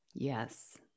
Yes